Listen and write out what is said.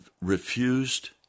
refused